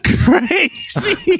crazy